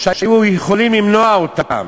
שהיו יכולים למנוע אותן.